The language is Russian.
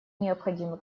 необходимы